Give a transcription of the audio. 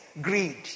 greed